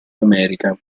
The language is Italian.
america